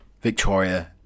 Victoria